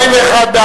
אני